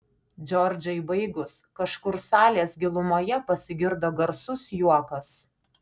džordžai baigus kažkur salės gilumoje pasigirdo garsus juokas